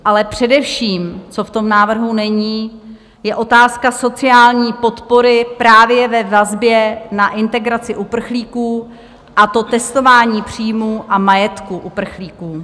Ale především, co v tom návrhu není, je otázka sociální podpory právě ve vazbě na integraci uprchlíků, a to testování příjmu a majetku uprchlíků.